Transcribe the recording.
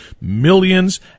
millions